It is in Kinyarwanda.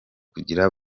kugira